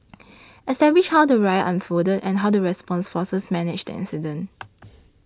establish how the riot unfolded and how the response forces managed the incident